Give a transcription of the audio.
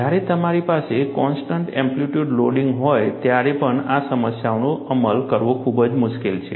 જ્યારે તમારી પાસે કોન્સ્ટન્ટ એમ્પ્લિટ્યૂડ લોડિંગ હોય ત્યારે પણ આ સમસ્યાઓનો અમલ કરવો ખૂબ જ મુશ્કેલ છે